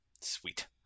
Sweet